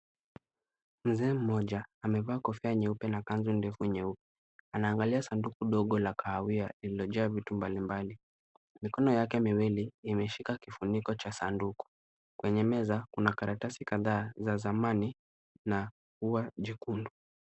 Mzee mmoja amevaa kofia nyeupe na kanzu ndefu nyeupe. Anaangalia sanduku ndogo la kahawia, iliojaa vitu mbalimbali. Mikono yake miwili imeshika kifuniko cha sanduku. Kwenye meza kuna karatasi kadhaa za zamani na ua jekundu.